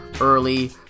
early